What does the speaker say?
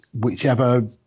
whichever